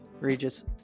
Regis